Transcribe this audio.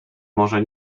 może